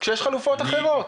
כשיש חלופות אחרות?